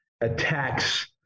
attacks